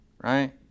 right